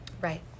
Right